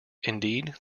indeed